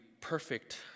perfect